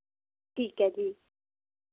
ਠੀਕ ਹੈ ਜੀ